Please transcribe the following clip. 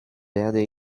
werde